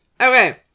Okay